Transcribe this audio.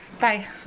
Bye